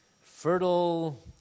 fertile